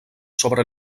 sobre